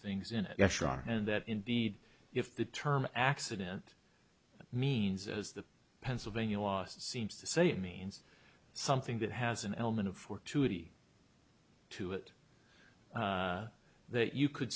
things in it and that indeed if the term accident means as the pennsylvania last seems to say it means something that has an element of fortuity to it that you could